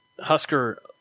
Husker